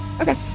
Okay